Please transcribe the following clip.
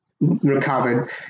recovered